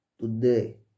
today